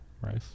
rice